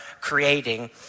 creating